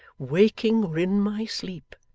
waking or in my sleep,